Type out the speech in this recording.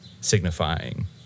signifying